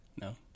No